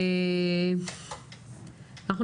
גברתי,